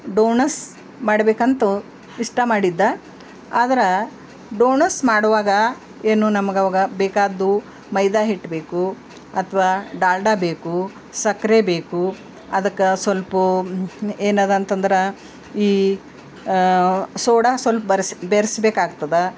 donuts ಮಾಡಬೇಕಂತು list ಮಾಡಿದ್ದೆ ಆದ್ರೆ ಡೋಣಸ್ ಮಾಡುವಾಗ ಏನು ನಮಗವಾಗ ಬೇಕಾದ್ದು ಮೈದಾಹಿಟ್ಟು ಬೇಕು ಅಥ್ವಾ ಡಾಲ್ಡಾ ಬೇಕು ಸಕ್ಕರೆ ಬೇಕು ಅದಕ್ಕೆ ಸ್ವಲ್ಪ ಏನದ ಅಂತಂದ್ರೆ ಈ ಸೋಡ ಸ್ವಲ್ಪ ಬರ್ಸ್ ಬೆರೆಸ್ಬೇಕಾಗ್ತದ